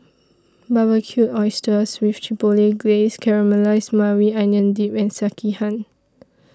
Barbecued Oysters with Chipotle Glaze Caramelized Maui Onion Dip and Sekihan